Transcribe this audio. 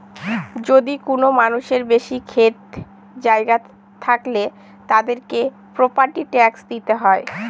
যদি কোনো মানুষের বেশি ক্ষেত জায়গা থাকলে, তাদেরকে প্রপার্টি ট্যাক্স দিতে হয়